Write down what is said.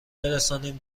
برسانیم